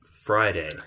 Friday